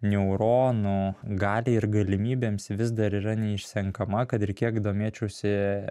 neuronų galiai ir galimybėms vis dar yra neišsenkama kad ir kiek domėčiausi